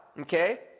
Okay